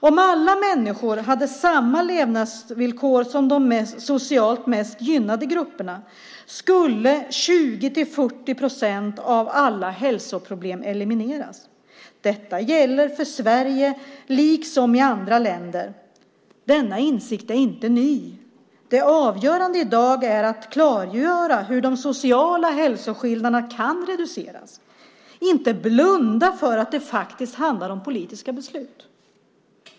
Om alla människor hade samma levnadsvillkor som de socialt mest gynnade grupperna skulle 20-40 procent av alla hälsoproblem elimineras. Detta gäller för Sverige liksom andra länder. Denna insikt är inte ny. Det avgörande i dag är att klargöra hur de sociala hälsoskillnaderna kan reduceras, att inte blunda för att det faktiskt handlar om politiska beslut.